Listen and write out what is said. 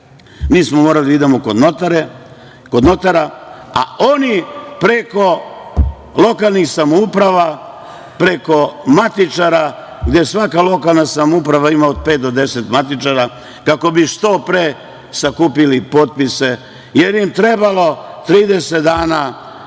mi smo morali da idemo kod notara, a oni preko lokalnih samouprava, preko matičara, gde svaka lokalna samouprava ima od pet do 10 matičara, kako bi što pre sakupili potpise, jer im trebalo 30 dana, a moja